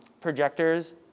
projectors